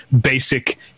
basic